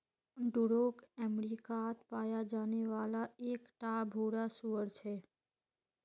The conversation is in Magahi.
डूरोक अमेरिकात पाया जाने वाला एक टा भूरा सूअर छे